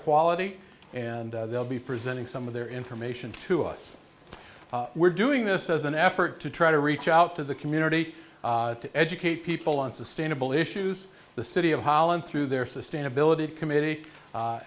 quality and they'll be presenting some of their information to us we're doing this as an effort to try to reach out to the community to educate people on sustainable issues the city of holland through their sustainability committee